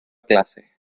clases